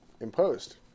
imposed